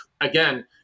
again